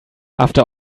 after